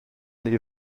les